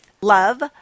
love